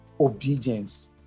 obedience